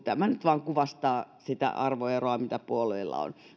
tämä nyt vain kuvastaa sitä arvoeroa mitä puolueilla on